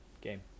game